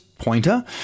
pointer